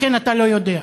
לכן אתה לא יודע.